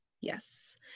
Yes